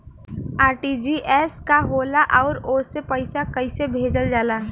RTGS का होला आउरओ से पईसा कइसे भेजल जला?